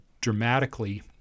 dramatically